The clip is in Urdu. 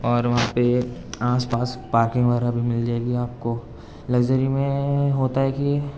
اور وہاں پہ آس پاس پارکنگ وغیرہ بھی مل جائے گی آپ کو لگژری میں ہوتا ہے کہ